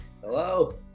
Hello